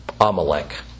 Amalek